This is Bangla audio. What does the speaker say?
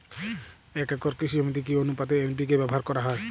এক একর কৃষি জমিতে কি আনুপাতে এন.পি.কে ব্যবহার করা হয়?